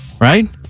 Right